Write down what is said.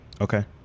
okay